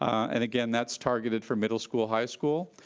and again, that's targeted for middle school, high school.